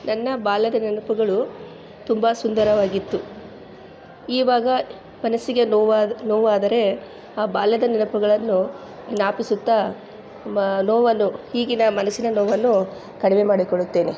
ನನ್ನ ಬಾಲ್ಯದ ನೆನಪುಗಳು ತುಂಬ ಸುಂದರವಾಗಿತ್ತು ಈವಾಗ ಮನಸ್ಸಿಗೆ ನೋವಾ ನೋವಾದರೆ ಆ ಬಾಲ್ಯದ ನೆನಪುಗಳನ್ನು ಜ್ಞಾಪಿಸುತ್ತಾ ಮ ನೋವನ್ನು ಈಗಿನ ಮನಸ್ಸಿನ ನೋವನ್ನು ಕಡಿಮೆ ಮಾಡಿಕೊಳ್ಳುತ್ತೇನೆ